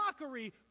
mockery